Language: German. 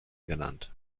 genannt